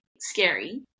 scary